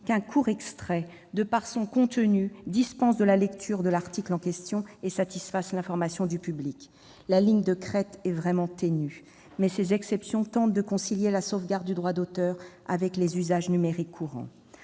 qu'un court extrait, par son contenu, dispense de la lecture de l'article en question et satisfasse l'information du public. La ligne de crête est véritablement ténue, mais ces exceptions tentent de concilier la sauvegarde du droit d'auteur avec les usages numériques courants.